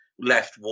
left